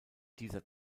dieser